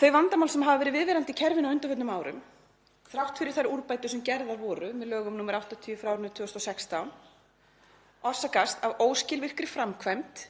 Þau vandamál sem hafa verið viðvarandi í kerfinu á undanförnum árum, þrátt fyrir þær úrbætur sem gerðar voru með lögum nr. 80/2016, orsakast af óskilvirkri framkvæmd,